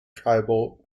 tribal